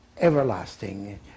Everlasting